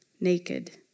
naked